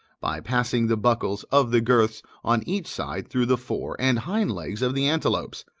by passing the buckles of the girths on each side through the fore and hind legs of the antelopes,